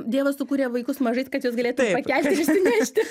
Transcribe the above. dievas sukūrė vaikus mažais kad juos galėtum pakelti išsinešti